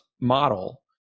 model